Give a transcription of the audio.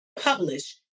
Publish